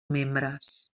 membres